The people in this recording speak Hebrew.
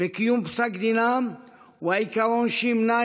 ולקיים את פסק דינם הוא העיקרון שימנע